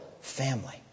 family